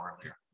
earlier